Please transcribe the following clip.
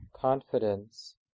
confidence